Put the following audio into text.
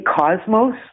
cosmos